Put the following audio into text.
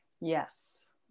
Yes